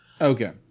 okay